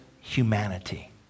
humanity